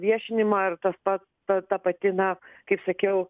viešinimą ir tas pat ta ta pati na kaip sakiau